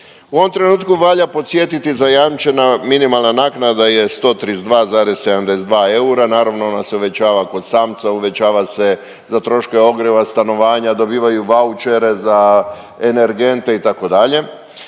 U ovom trenutku valja podsjetiti, zajamčena minimalna naknada je 132,72 eura, naravno, ona se uvećava kod samca, uvećava se za troškove ogrijeva, stanovanja, dobivaju vaučere za energente, itd.,